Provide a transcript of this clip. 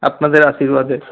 আপনাদের আশীর্বাদে